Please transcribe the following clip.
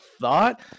thought